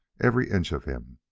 every inch of him.